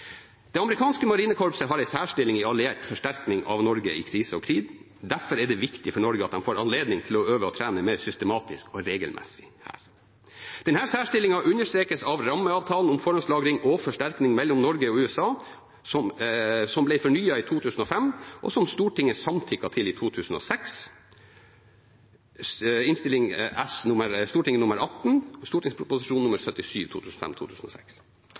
Det amerikanske marinekorpset har en særstilling i alliert forsterkning av Norge i krise og krig. Derfor er det viktig for Norge at de får anledning til å øve og trene mer systematisk og regelmessig her. Denne særstillingen understrekes av rammeavtalen om forhåndslagring og forsterkning mellom Norge og USA, som ble fornyet i 2005, og som Stortinget samtykket til i 2006, jf. Innst. S. nr. 18 for 2006–2007 og St.prp. nr. 77 for 2005–2006. Da avtalen ble behandlet i Stortinget,